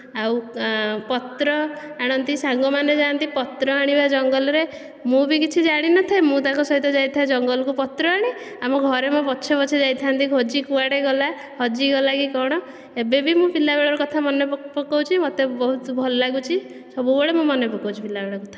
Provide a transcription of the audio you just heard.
ଆଉ ପତ୍ର ଆଣନ୍ତି ସାଙ୍ଗମାନେ ଯା'ନ୍ତି ପତ୍ର ଆଣିବା ଜଙ୍ଗଲରେ ମୁଁ ବି କିଛି ଜାଣି ନଥାଏ ମୁଁ ବି ତାଙ୍କ ସହିତ ଯାଇଥାଏ ଜଙ୍ଗଲକୁ ପତ୍ର ଆଣେ ଆମ ଘରେ ମୋ ପଛେ ପଛେ ଯାଇଥାନ୍ତି ଖୋଜି କୁଆଡେ ଗଲା ହଜି ଗଲା କି କଣ ଏବେ ବି ମୁଁ ପିଲାବେଳର କଥା ମାନେ ପକାଉଛି ମୋତେ ବହୁତ ଭଲ ଲାଗୁଛି ସବୁବେଳେ ମୁଁ ମନେ ପକାଉଛି ପିଲାବେଳ କଥା